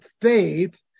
faith